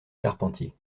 charpentiers